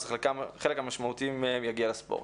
חלק משמעותי יגיע גם לספורט.